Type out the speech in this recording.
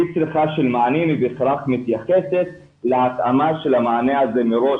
אי-צריכה של מענים היא רק מתייחסת להתאמה של המענה הזה מראש,